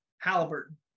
Halliburton